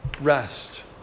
rest